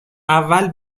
اول